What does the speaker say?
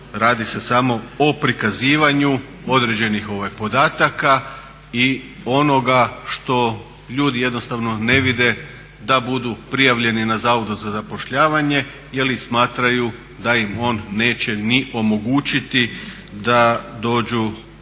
radi se samo o prikazivanju određenih podataka i onoga što ljudi jednostavno ne vide da budu prijavljeni na zavodu za zapošljavanje jer smatraju da im on neće ni omogućiti da dođu